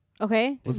Okay